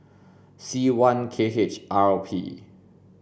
C one K H R P